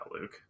Luke